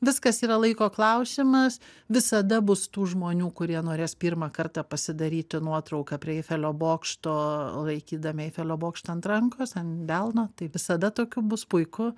viskas yra laiko klausimas visada bus tų žmonių kurie norės pirmą kartą pasidaryti nuotrauką prie eifelio bokšto laikydami eifelio bokštą ant rankos ant delno tai visada tokių bus puiku